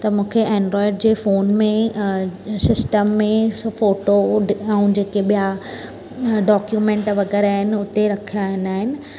त मूंखे एंड्रॉइड जे फ़ोन में ई सिस्टम में ई फोटो ऐं जेके ॿिया डॉक्युमेंट वग़ैरह आहिनि हुते रखिया वेंदा आहिनि